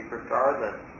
regardless